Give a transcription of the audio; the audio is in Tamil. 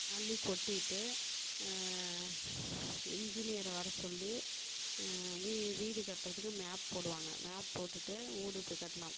அள்ளி கொட்டிவிட்டு இன்ஜினியரை வர சொல்லி வீ வீடு கட்டுறத்துக்கு மேப் போடுவாங்க மேப் போட்டுவிட்டு வீடு இப்படி கட்டலாம்